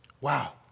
Wow